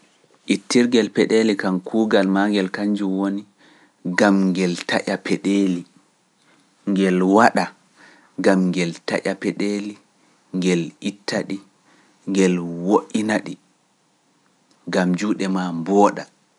Ittirgel peɗeeli kam kuugal maa ngel kanjum woni, gam ngel taƴa peɗeeli, ngel waɗa, gam ngel taƴa peɗeeli, ngel itta ɗi, ngel woɗɗina ɗi, gam juuɗe maa mbooɗa.